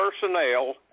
personnel